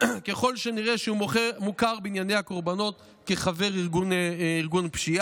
ככל שנראה שהוא מוכר בעיני הקורבנות כחבר ארגון פשיעה,